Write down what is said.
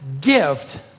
gift